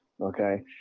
Okay